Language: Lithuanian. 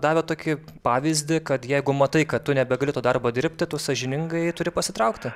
davė tokį pavyzdį kad jeigu matai kad tu nebegali to darbo dirbti tu sąžiningai turi pasitraukti